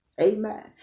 Amen